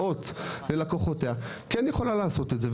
בהלוואות ללקוחותיה, כן יכולה לעשות את זה?